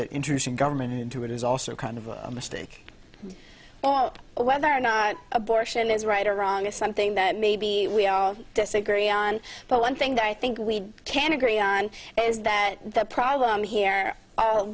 that intrusive government into it is also kind of a mistake well whether or not abortion is right or wrong is something that maybe we disagree on but one thing that i think we can agree on is that the problem here